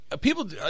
people